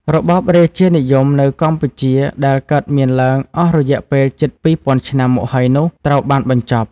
របបរាជានិយមនៅកម្ពុជាដែលកើតមានឡើងអស់រយៈពេលជិត២ពាន់ឆ្នាំមកហើយនោះត្រូវបានបញ្ចប់ ។